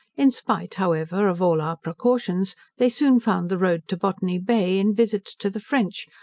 in spite, however, of all our precautions, they soon found the road to botany bay, in visits to the french,